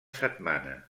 setmana